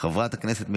חבר הכנסת אחמד טיבי,